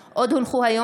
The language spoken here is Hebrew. עושה.